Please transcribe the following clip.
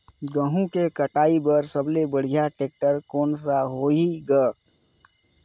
गहूं के कटाई पर सबले बढ़िया टेक्टर कोन सा होही ग?